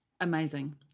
Amazing